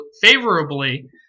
favorably